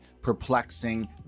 perplexing